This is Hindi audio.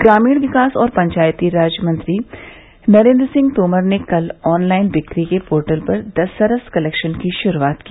ग्रामीण विकास और पंचायती राज मंत्री नरेन्द्र सिंह तोमर ने कल ऑनलाइन बिक्री के पोर्टल पर द सरस कलेक्शन की शुरूआत की